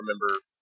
remember